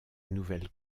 nouvelle